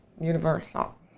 universal